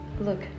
look